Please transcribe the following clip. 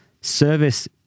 Service